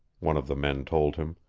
one of the men told him,